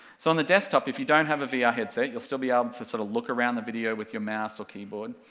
so on the desktop if you don't have a vr yeah headset you'll still be able to sort of look around the video with your mouse or keyboard.